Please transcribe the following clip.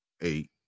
eight